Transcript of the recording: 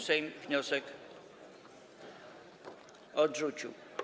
Sejm wniosek odrzucił.